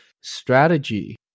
strategy